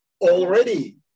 already